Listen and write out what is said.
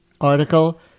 article